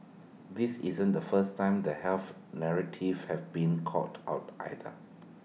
this isn't the first time the health narratives have been called out either